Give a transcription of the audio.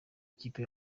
ikipe